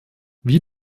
wie